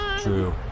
True